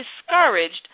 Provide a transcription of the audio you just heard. discouraged